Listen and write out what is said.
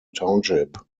township